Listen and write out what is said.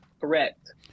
Correct